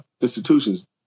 institutions